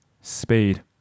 speed